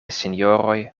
sinjoroj